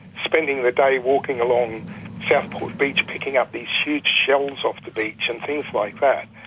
spending the day walking along southport beach picking up these huge shelves off the beach and things like that.